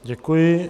Děkuji.